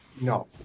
No